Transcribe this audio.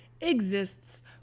exists